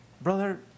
brother